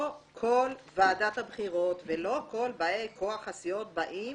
לא כל ועדת הבחירות ולא כל באי כוח הסיעות באים